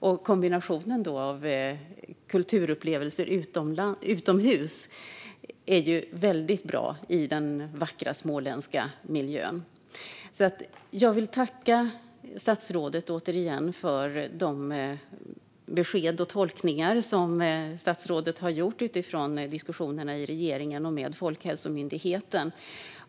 Och kombinationen, med kulturupplevelser utomhus i den vackra småländska miljön, är ju väldigt bra. Jag vill återigen tacka statsrådet för de besked och tolkningar som statsrådet har gett utifrån diskussionerna i regeringen och med Folkhälsomyndigheten.